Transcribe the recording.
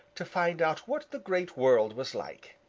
to find out what the great world was like.